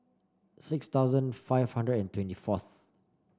six thousand five hundred and twenty fourth